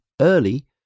early